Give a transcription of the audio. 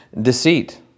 deceit